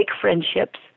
friendships